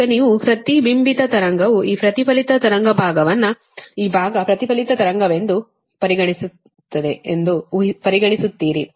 ಈಗ ನೀವು ಪ್ರತಿಬಿಂಬಿತ ತರಂಗವು ಈ ಪ್ರತಿಫಲಿತ ತರಂಗ ಭಾಗವನ್ನು ಈ ಭಾಗ ಪ್ರತಿಫಲಿತ ತರಂಗವೆಂದು ಪರಿಗಣಿಸುತ್ತದೆ ಎಂದು ಪರಿಗಣಿಸುತ್ತೀರಿ